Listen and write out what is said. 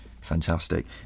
Fantastic